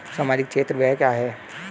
सामाजिक क्षेत्र व्यय क्या है?